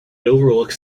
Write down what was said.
overlooks